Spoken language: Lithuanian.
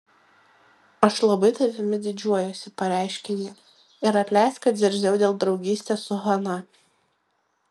aš labai tavimi didžiuojuosi pareiškė ji ir atleisk kad zirziau dėl draugystės su hana